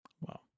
Wow